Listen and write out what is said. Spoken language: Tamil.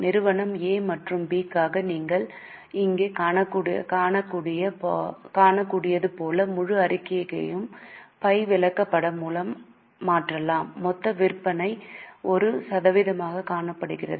நிறுவனம் A மற்றும் B க்காக நீங்கள் இங்கே காணக்கூடியது போல முழு அறிக்கையையும் பை விளக்கப்படமாக மாற்றலாம் மொத்த விற்பனை ஒரு சதவீதமாக கணக்கிடப்படுகிறது